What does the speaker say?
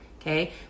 okay